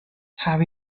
have